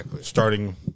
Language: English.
starting